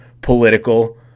political